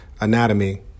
anatomy